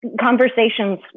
conversations